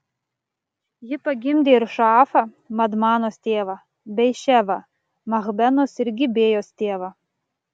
ji pagimdė ir šaafą madmanos tėvą bei ševą machbenos ir gibėjos tėvą